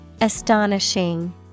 Astonishing